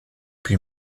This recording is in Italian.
più